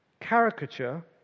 Caricature